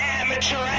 amateur